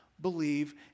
believe